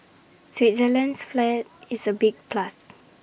Switzerland's flag is A big plus